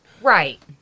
Right